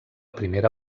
primera